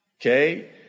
Okay